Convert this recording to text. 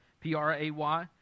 P-R-A-Y